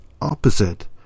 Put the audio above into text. opposite